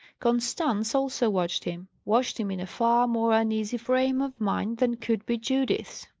constance also watched him watched him in a far more uneasy frame of mind than could be judith's.